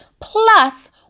plus